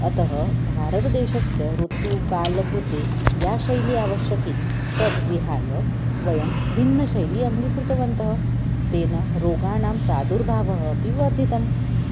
अतः भारतदेशस्य ऋतुकालकृते या शैली आवश्यकी तद्विहाय वयं भिन्नशैलीम् अङ्गीकृतवन्तः तेन रोगाणां प्रादुर्भावः अपि वर्धितम्